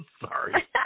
Sorry